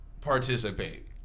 participate